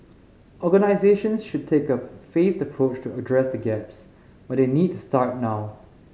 organisations should take a phased approach to address the gaps but they need to start now